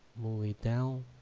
move it down